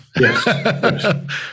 Yes